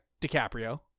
DiCaprio